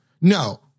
no